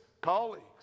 colleagues